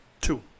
Two